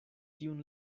tiun